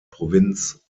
provinz